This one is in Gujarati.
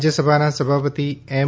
રાજ્યસભાના સભાપતિ એમ